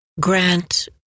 Grant